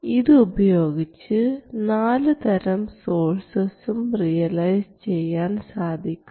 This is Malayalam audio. ഇത് ഉപയോഗിച്ച് നാലുതരം സോഴ്സസും റിയലൈസ് ചെയ്യാൻ സാധിക്കുന്നു